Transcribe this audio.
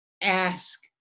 ask